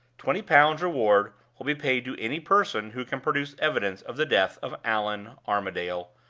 twenty pounds reward will be paid to any person who can produce evidence of the death of allan armadale,